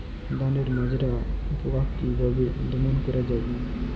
ধানের মাজরা পোকা কি ভাবে দমন করা যাবে?